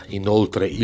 inoltre